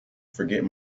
forget